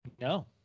No